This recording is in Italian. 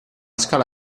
scala